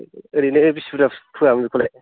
ओरैनो बिसि बुरजा फोआमोन बेखौलाय